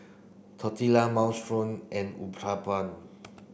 Tortilla Minestrone and Uthapam